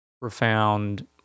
profound